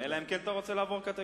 אלא אם כן אתה רוצה לעבור קטגוריה.